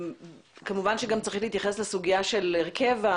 כמובן שגם צריך להתייחס לסוגיה של ההרכב,